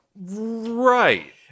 Right